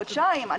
זה חודשיים.